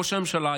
ראש הממשלה,